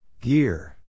Gear